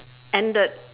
ended